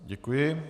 Děkuji.